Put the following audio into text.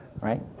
right